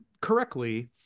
correctly